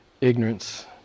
ignorance